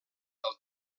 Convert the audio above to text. del